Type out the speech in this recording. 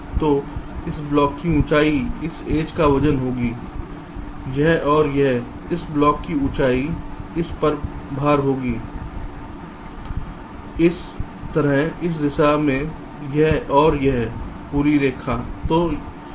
तो इस ब्लॉक की ऊंचाई इस एज का वजन होगी यह और यह इस ब्लॉक की ऊँचाई इस का भार होगी इसी तरह इस दिशा में यह और यह पूरी रेखा है